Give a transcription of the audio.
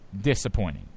disappointing